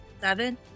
Seven